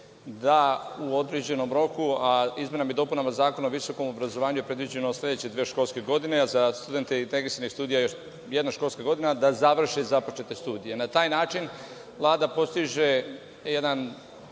u određenom roku, a izmenama i dopunama Zakona o visokom obrazovanju je predviđeno sledeće dve školske godine, a za studente integrisanih studija još jedna školska godina da završe započete studije. Na taj način Vlada postiže jedan